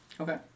Okay